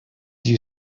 you